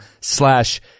slash